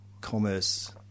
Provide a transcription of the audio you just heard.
commerce